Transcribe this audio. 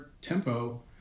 tempo